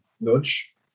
nudge